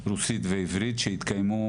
רוסית ועברית שהתקיימו,